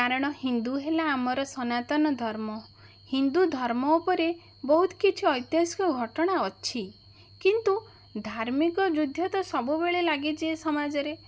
କାରଣ ହିନ୍ଦୁ ହେଲା ଆମର ସନାତନ ଧର୍ମ ହିନ୍ଦୁ ଧର୍ମ ଉପରେ ବହୁତ କିଛି ଐତିହାସିକ ଘଟଣା ଅଛି କିନ୍ତୁ ଧାର୍ମିକ ଯୁଦ୍ଧ ତ ସବୁବେଳେ ଲାଗିଛି ଏ ସମାଜରେ